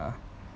ya